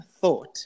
thought